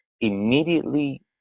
immediately